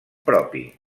propi